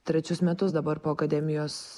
trečius metus dabar po akademijos